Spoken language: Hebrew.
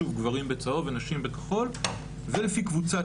שוב גברים בצהוב ונשים בכחול ולפי קבוצת